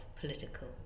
political